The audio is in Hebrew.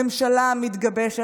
על הממשלה המתגבשת.